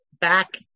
back